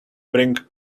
bring